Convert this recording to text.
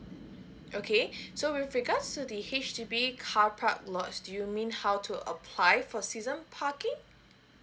okay so with regards to the H_D_B carpark lot do you mean how to apply for season parking